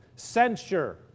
censure